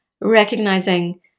recognizing